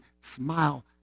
smile